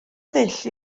ddull